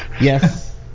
Yes